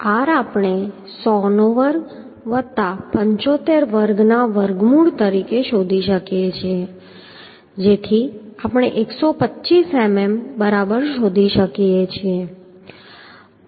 તેથી r આપણે 100 વર્ગ 75 વર્ગના વર્ગમૂળ તરીકે શોધી શકીએ છીએ જેથી આપણે 125 મીમી બરાબર શોધી શકીએ